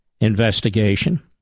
investigation